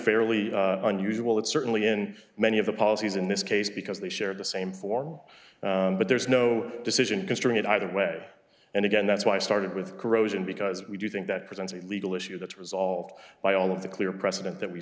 fairly unusual that certainly in many of the policies in this case because they share the same form but there's no decision construing it either way and again that's why i started with corrosion because we do think that presents a legal issue that's resolved by all of the clear precedent that we